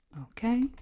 okay